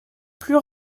plus